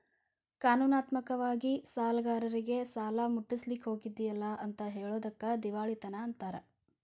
ಕಾನೂನಾತ್ಮಕ ವಾಗಿ ಸಾಲ್ಗಾರ್ರೇಗೆ ಸಾಲಾ ಮುಟ್ಟ್ಸ್ಲಿಕ್ಕಗೊದಿಲ್ಲಾ ಅಂತ್ ಹೆಳೊದಕ್ಕ ದಿವಾಳಿತನ ಅಂತಾರ